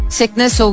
sickness